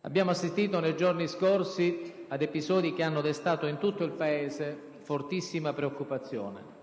Abbiamo assistito nei giorni scorsi ad episodi che hanno destato in tutto il Paese fortissima preoccupazione.